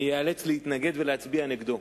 אני איאלץ להתנגד ולהצביע נגדו,